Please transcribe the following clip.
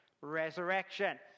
resurrection